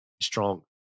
Strong